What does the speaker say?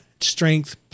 strength